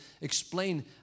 explain